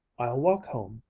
i'll walk home.